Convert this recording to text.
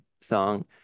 song